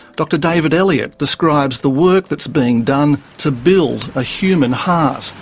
dr david elliott describes the work that's being done to build a human heart.